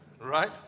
Right